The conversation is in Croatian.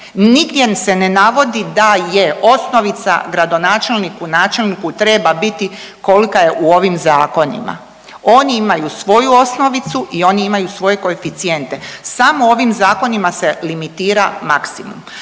nigdje se ne navodi da je osnovica gradonačelniku, načelniku treba biti kolika je u ovim zakonima. Oni imaju svoju osnovicu i oni imaju svoje koeficijente, samo ovim zakonima se limitira maksimum.